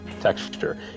Texture